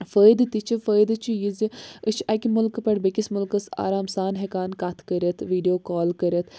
فٲیِدٕ تہِ چھِ فٲیِدٕ چھُ یہِ زِ أسۍ چھِ اَکہِ مُلکہٕ پؠٹھ بیٚیس مُلکَس آرام سان ہؠکان کَتھ کٔرِتھ وِیڈیو کال کٔرِتھ